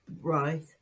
right